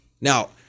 Now